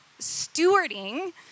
stewarding